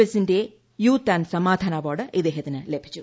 എസിന്റെ U Thant സമാധാന award ഇദ്ദേഹത്തിന് ലഭിച്ചു